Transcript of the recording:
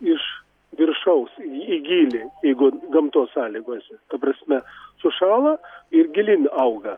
iš viršaus į gylį jeigu gamtos sąlygose ta prasme sušąla ir gilyn auga